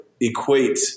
equate